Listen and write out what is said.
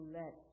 let